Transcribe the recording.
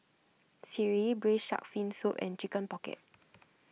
Sireh Braised Shark Fin Soup and Chicken Pocket